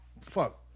fuck